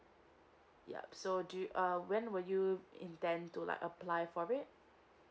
yup so do you uh when were you intend to like apply for it